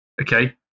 Okay